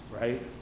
right